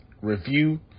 review